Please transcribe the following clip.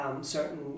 certain